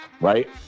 right